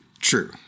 True